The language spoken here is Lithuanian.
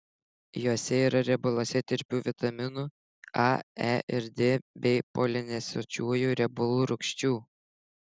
juose yra riebaluose tirpių vitaminų a e ir d bei polinesočiųjų riebalų rūgščių